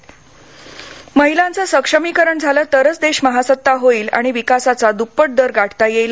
फडणवीस महिलांचं सक्षमीकरण झालं तरच देश महासत्ता होईल आणि विकासाचा दुप्पट दर गाठता येईल